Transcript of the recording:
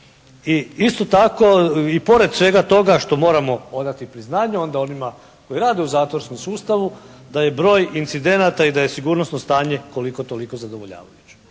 I isto tako i pored svega toga što moramo odati priznanje, onda onima koji rade u zatvorskom sustav da je broj incidenata i da sigurnosno stanje koliko toliko zadovoljavajuće.